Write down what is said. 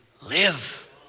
live